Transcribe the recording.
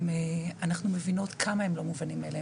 אנחנו מבינות כמה הם לא מובנים מאליהם